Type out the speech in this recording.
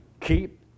Keep